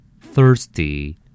Thirsty